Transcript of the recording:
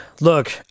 Look